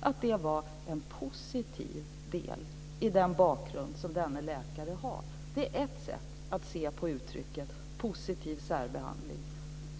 Skulle inte det kunna vara en positiv del av den bakgrund som denne läkare har? Det är ett sätt att se på uttrycket